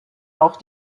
auch